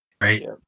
Right